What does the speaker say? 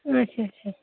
اچھا اچھا